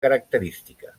característica